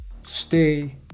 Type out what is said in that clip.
stay